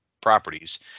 properties